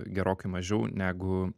gerokai mažiau negu